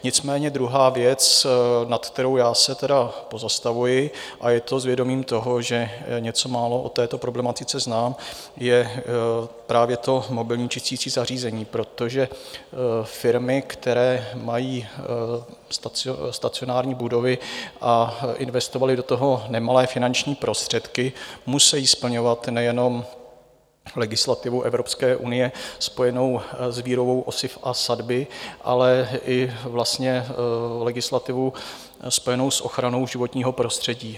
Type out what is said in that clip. Nicméně druhá věc, nad kterou se pozastavuji, a je to s vědomím toho, že něco málo o této problematice znám, je právě to mobilní čisticí zařízení, protože firmy, které mají stacionární budovy a investovaly do toho nemalé finanční prostředky, musejí splňovat nejenom legislativu Evropské unie spojenou s výrobou osiv a sadby, ale i vlastně legislativu spojenou s ochranou životního prostředí.